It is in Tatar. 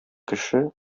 кеше